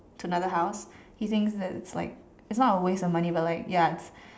to another house he thinks that it's like it's not a waste of money but like ya it's